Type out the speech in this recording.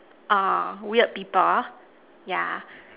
uh weird people yeah